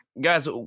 guys